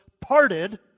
parted